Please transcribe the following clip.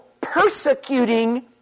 persecuting